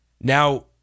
Now